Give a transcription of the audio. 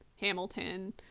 Hamilton